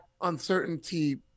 uncertainty